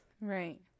Right